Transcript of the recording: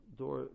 door